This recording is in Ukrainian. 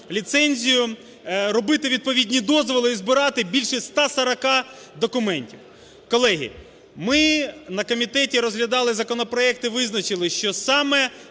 робити відповідні дозволи і збирати більше 140 документів. Колеги, ми на комітеті розглядали законопроект і визначились, що саме